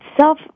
self